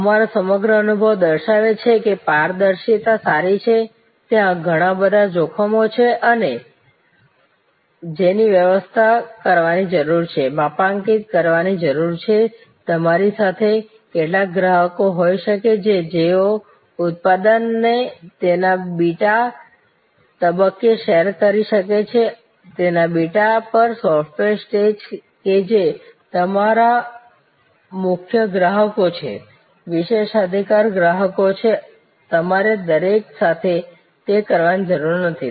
અમારો સમગ્ર અનુભવ દર્શાવે છે કે પારદર્શિતા સારી છે ત્યાં ઘણા બધા જોખમો છે જેની વ્યવસ્થા કરવાની જરૂર છે માપાંકિત કરવાની જરૂર છે તમારી સાથે કેટલાક ગ્રાહકો હોઈ શકે છે જેઓ ઉત્પાદનને તેના બીટા તબક્કે શેર કરી શકે છે તેના બીટા પર સોફ્ટવેર સ્ટેજ કે જે તમારા મુખ્ય ગ્રાહકો છે વિશેષાધિકાર ગ્રાહકો છે તમારે દરેક સાથે તે કરવાની જરૂર નથી